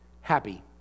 happy